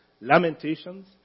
Lamentations